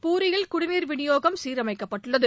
பூரியில் குடிநீர் விநியோகம் சீரமைக்க்ப்பட்டுள்ளது